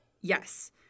Yes